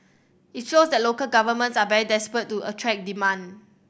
it shows that local governments are very desperate to attract demand